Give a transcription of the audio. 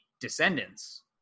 descendants